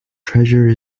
treasure